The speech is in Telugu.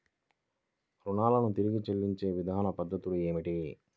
రుణాలను తిరిగి చెల్లించే వివిధ పద్ధతులు ఏమిటి?